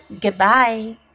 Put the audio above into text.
goodbye